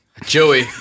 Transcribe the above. Joey